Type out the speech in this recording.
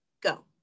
Go